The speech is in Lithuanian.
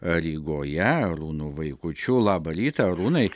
rygoje arūnu vaikučiu labą rytą arūnai